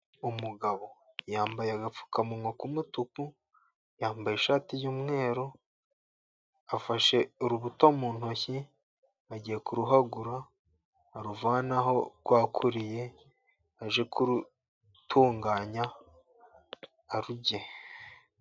Umugabo yambaye agapfukamunwa k'umutuku, yambaye ishati y'umweru, afashe urubuto mu ntoki, agiye kuruhagura aruvane aho rwakuriye ajye kurutunganya arurye.